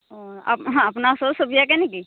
অঁ আপোনাৰ ওচৰত ছবি আঁকে নেকি